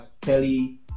kelly